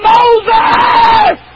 Moses